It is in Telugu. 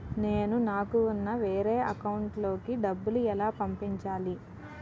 నేను నాకు ఉన్న వేరే అకౌంట్ లో కి డబ్బులు ఎలా పంపించాలి?